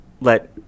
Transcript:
let